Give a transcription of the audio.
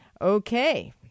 Okay